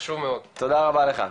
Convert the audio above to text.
תודה רבה לך.